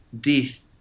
death